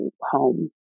home